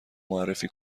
معرفی